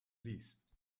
least